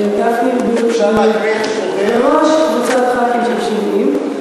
גפני בראש קבוצת של 70 ח"כים.